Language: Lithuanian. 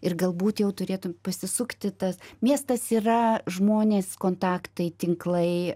ir galbūt jau turėtų pasisukti tas miestas yra žmonės kontaktai tinklai